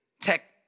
tech